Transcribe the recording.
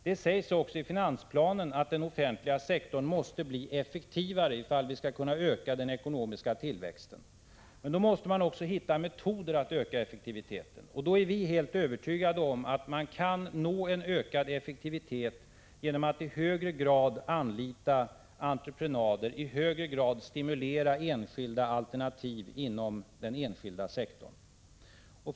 Det sägs i finansplanen att den offentliga sektorn måste bli effektivare ifall vi skall kunna öka den ekonomiska tillväxten. Men då måste man också hitta metoder att öka effektiviteten. Vi är helt övertygade om att man kan uppnå en ökad effektivitet genom att i högre grad anlita entreprenader och stimulera enskilda alternativ inom den privata sektorn. Herr talman!